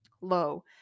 low